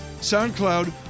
soundcloud